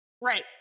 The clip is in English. Right